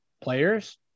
players